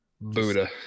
Buddha